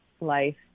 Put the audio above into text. life